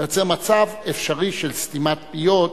אתה יוצר מצב אפשרי של סתימת פיות.